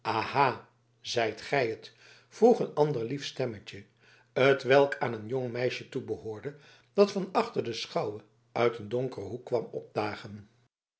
zijt gij het vroeg een ander lief stemmetje t welk aan een jong meisje toebehoorde dat van achter de schouwe uit een donkeren hoek kwam opdagen